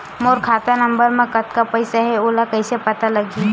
मोर खाता नंबर मा कतका पईसा हे ओला कइसे पता लगी?